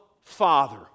father